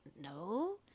no